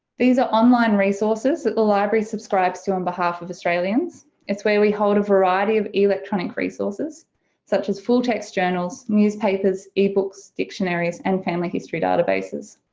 these are online resources that the library subscribes to on behalf of australians it's where we hold a variety of electronic resources such as full-text journals, newspapers, ebooks, dictionaries and family history databases.